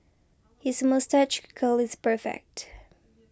his moustache curl is perfect